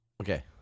Okay